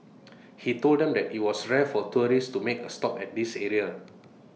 he told them that IT was rare for tourists to make A stop at this area